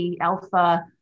alpha